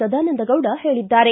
ಸದಾನಂದಗೌಡ ಹೇಳಿದ್ದಾರೆ